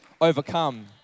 overcome